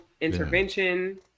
intervention